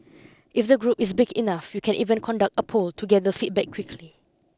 if the group is big enough you can even conduct a poll to gather feedback quickly